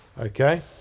Okay